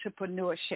entrepreneurship